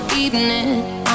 evening